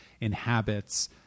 inhabits